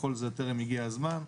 כחול זה טרם הגיע הזמן.